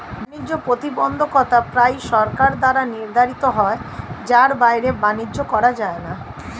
বাণিজ্য প্রতিবন্ধকতা প্রায়ই সরকার দ্বারা নির্ধারিত হয় যার বাইরে বাণিজ্য করা যায় না